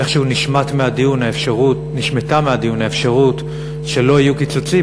איכשהו נשמטה מהדיון האפשרות שלא יהיו קיצוצים